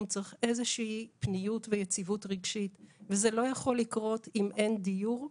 צריך איזו שהיא פניות ויציבות רגשית וזה לא יכול לקרות אם אין דיור,